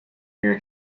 your